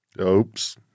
Oops